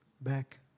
back